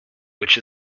which